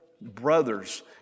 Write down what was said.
brothers